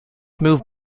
move